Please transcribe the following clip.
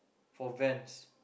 for Vans